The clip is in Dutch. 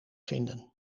vinden